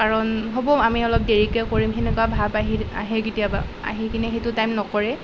কাৰণ হ'ব আমি অলপ দেৰিকৈ কৰিম সেনেকুৱা ভাৱ আহি আহে কেতিয়াবা আহি কিনি সেইটো টাইম নকৰে